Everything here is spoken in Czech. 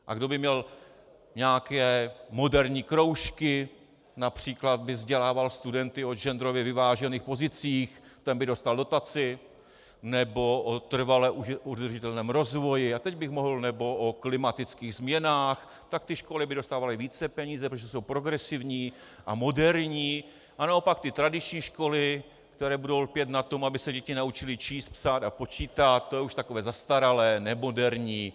A kdo by měl nějaké moderní kroužky, například by vzdělával studenty o genderově vyvážených pozicích, ten by dostal dotaci, nebo o trvale udržitelném rozvoji nebo o klimatických změnách, tak ty školy by dostávaly více peněz, jsou progresivní, moderní, a naopak ty tradiční školy, které budou lpět na tom, aby se děti naučily číst, psát a počítat, to je už takové zastaralé, nemoderní.